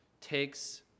takes